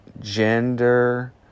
gender